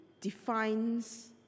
defines